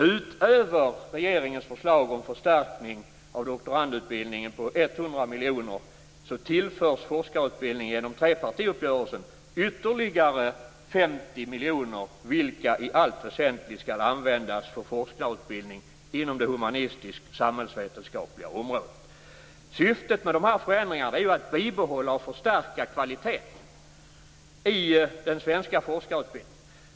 Utöver regeringens förslag om förstärkning av forskarutbildningen på 100 miljoner tillförs forskarutbildningen genom trepartiuppgörelsen ytterligare 50 miljoner, vilka i allt väsentligt skall användas för forskarutbildning inom det humanistisksamhällsvetenskapliga området. Syftet med förändringarna är att bibehålla och förstärka kvaliteten i den svenska forskarutbildningen.